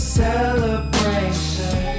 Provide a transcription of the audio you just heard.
celebration